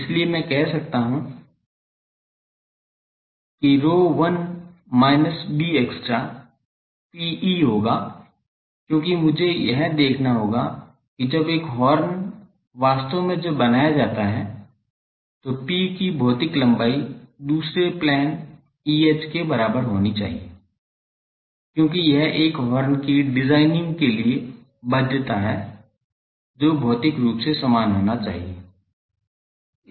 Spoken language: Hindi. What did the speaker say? इसलिए मैं कह सकता हूं कि ρ1 minus bextra Pe होगा क्योंकि मुझे यह देखना होगा कि जब एक हॉर्न वास्तव में जब बनाया जाता है तो P की भौतिक लम्बाई दूसरे प्लेन EH के बराबर होनी चाहिए क्योंकि यह एक हॉर्न की डिजाइनिंग के लिए बाध्यता है जो भौतिक रूप समान होना चाहिए